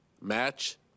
Match